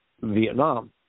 Vietnam